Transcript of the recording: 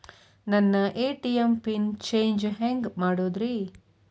ನನ್ನ ATM pin change ಹೆಂಗ್ ಮಾಡೋದ್ರಿ?